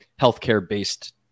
healthcare-based